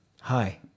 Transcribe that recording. Hi